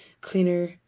cleaner